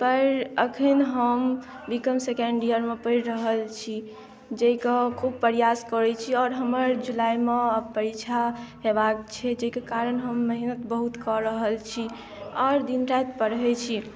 पर एखन हम B com second इयरमे पढ़ि रहल छी जे कऽ खूब प्रयास करय छी आओर हमर जुलाइमे आब परीक्षा हेबाक छै जैके कारण हम मेहनत बहुत कऽ रहल छी आओर दिन राति पढ़य छी